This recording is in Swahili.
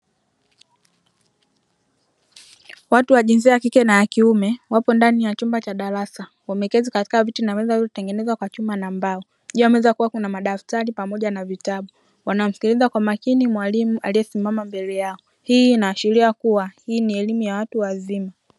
Watu wa jinsia ya kike na ya kiume wapo katika chumba cha darasa, wameketi katika viti na meza vilivyotengenezwa kwa chuma na mbao. Juu ya meza kukiwa kuna madaftari pamoja na vitabu, wanamsikiliza kwa makini mwalimu aliyesimama mbele yao. Hii inaashiria kuwa hii ni elimu ya watu wazima.